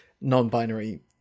non-binary